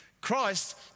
Christ